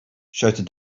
shouted